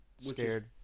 Scared